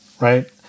right